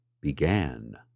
began